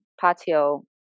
patio